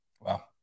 wow